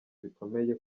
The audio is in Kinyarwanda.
bikomeye